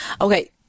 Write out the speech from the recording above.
okay